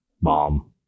Mom